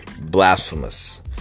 blasphemous